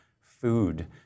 food